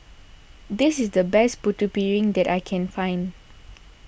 this is the best Putu Piring that I can find